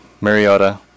Mariota